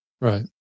Right